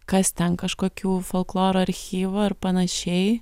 kast ten kažkokių folkloro archyvų ir panašiai